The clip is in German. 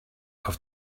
auf